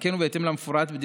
באתם, וגם ראש הממשלה בא